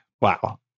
wow